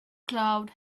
cloud